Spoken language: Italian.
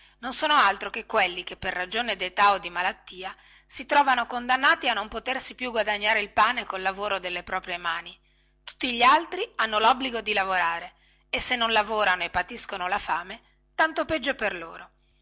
non sono altro che quelli che per ragione detà o di malattia si trovano condannati a non potersi più guadagnare il pane col lavoro delle proprie mani tutti gli altri hanno lobbligo di lavorare e se non lavorano e patiscono la fame tanto peggio per loro